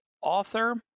author